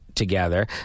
together